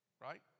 Right